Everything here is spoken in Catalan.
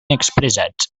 expressats